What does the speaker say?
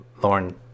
Lauren